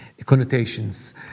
connotations